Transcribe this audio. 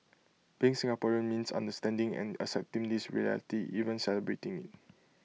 being Singaporean means understanding and accepting this reality even celebrating IT